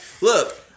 Look